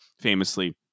famously